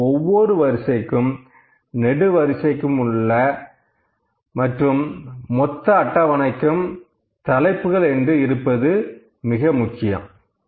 இதில் ஒவ்வொரு வரிசைக்கும் நெடுவரிசைக்கும் மற்றும் மொத்த அட்டவணைக்கும் தலைப்புகள் என்று இருப்பது மிக முக்கியம்